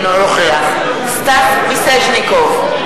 אינו נוכח סטס מיסז'ניקוב,